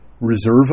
reserve